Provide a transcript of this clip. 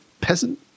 peasant